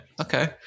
Okay